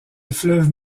fleuve